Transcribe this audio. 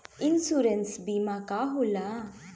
Insurance बीमा का होला?